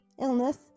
illness